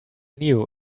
knew